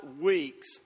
weeks